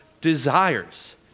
desires